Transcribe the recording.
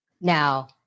Now